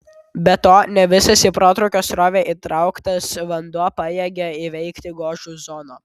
be to ne visas į protrūkio srovę įtrauktas vanduo pajėgia įveikti gožų zoną